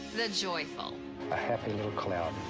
the joyful i have a middle clout